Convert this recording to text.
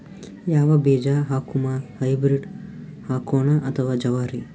ಯಾವ ಬೀಜ ಹಾಕುಮ, ಹೈಬ್ರಿಡ್ ಹಾಕೋಣ ಅಥವಾ ಜವಾರಿ?